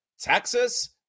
Texas